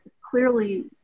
clearly